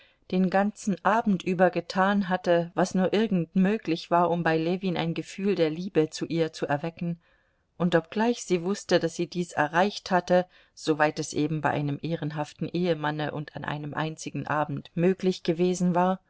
den ganzen abend über getan hatte was nur irgend möglich war um bei ljewin ein gefühl der liebe zu ihr zu erwecken und obgleich sie wußte daß sie dies erreicht hatte soweit es eben bei einem ehrenhaften ehemanne und an einem einzigen abend möglich gewesen war